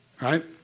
right